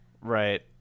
Right